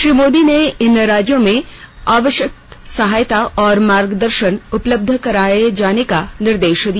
श्री मोदी ने इन राज्यों में आवश्यक सहायता और मार्गदर्शन उपलब्ध कराये जाने का निर्देश दिया